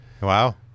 Wow